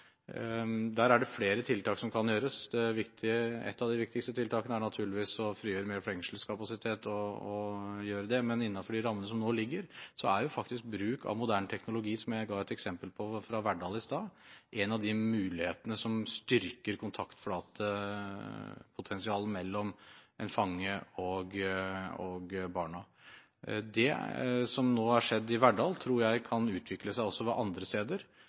flere tiltak som kan gjøres. Et av de viktigste tiltakene er naturligvis å frigjøre mer fengselskapasitet. Men innenfor de rammene som nå foreligger, er faktisk bruk av moderne teknologi – som jeg ga et eksempel på fra Verdal i stad – en av de mulighetene som styrker kontaktflatepotensialet mellom en fange og barna. Det som nå har skjedd i Verdal, tror jeg kan utvikle seg også andre steder.